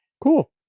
Cool